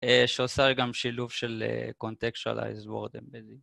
שעושה גם שילוב של contextualized word embedding.